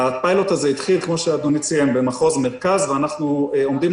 הפיילוט הזה התחיל במחוז מרכז ואנחנו עומדים